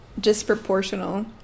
disproportional